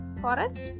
forest